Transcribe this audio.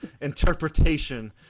interpretation